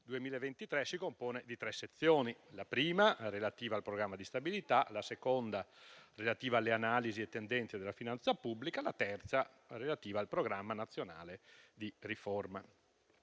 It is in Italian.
2023, si compone di tre sezioni: la prima, relativa al programma di stabilità; la seconda, relativa alle analisi e tendenze della finanza pubblica; la terza, relativa al Programma nazionale di riforma.